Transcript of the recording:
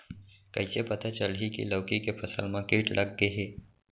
कइसे पता चलही की लौकी के फसल मा किट लग गे हे?